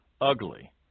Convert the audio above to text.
ugly